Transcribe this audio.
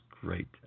great